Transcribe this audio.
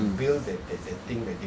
mm